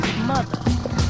mother